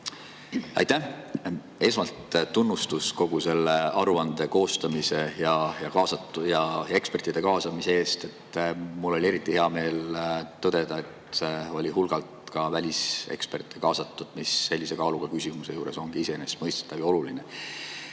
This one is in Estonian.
Aitäh! Esmalt tunnustan kogu selle aruande koostamise ja ekspertide kaasamise eest. Mul oli eriti hea meel tõdeda, et kaasatud oli ka hulgaliselt väliseksperte, mis sellise kaaluga küsimuse juures on iseenesestmõistetav ja oluline.